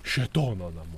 šėtono namu